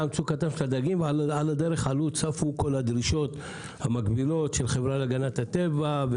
בדרך צפו כל הדרישות המגבילות של החברה להגנת הטבע,